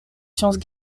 sciences